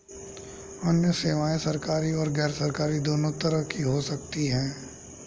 अन्य सेवायें सरकारी और गैरसरकारी दोनों तरह की हो सकती हैं